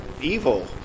evil